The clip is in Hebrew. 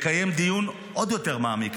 לקיים דיון עוד יותר מעמיק,